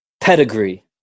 pedigree